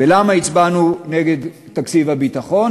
ולמה הצבענו נגד תקציב הביטחון?